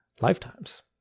lifetimes